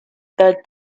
the